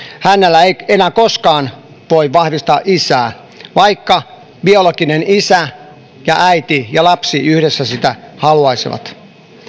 hänelle ei enää koskaan voi vahvistaa isää vaikka biologinen isä ja äiti ja lapsi yhdessä sitä haluaisivat